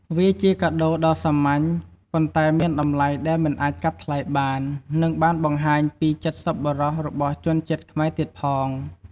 វាជាកាដូដ៏សាមញ្ញ ប៉ុន្តែមានតម្លៃដែលមិនអាចកាត់ថ្លៃបាន និងបានបង្ហាញពីចិត្តសប្បុរសរបស់ជនជាតិខ្មែរទៀតផង។